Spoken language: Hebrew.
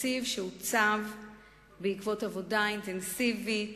תקציב שעוצב בעקבות עבודה אינטנסיבית